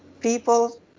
people